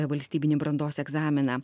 valstybinį brandos egzaminą